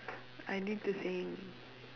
I did the same